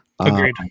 Agreed